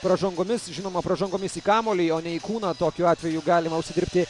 pražangomis žinoma pražangomis į kamuolį o ne į kūną tokiu atveju galima užsidirbti